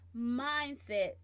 mindset